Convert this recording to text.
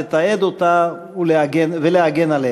לתעד אותה ולהגן עליה.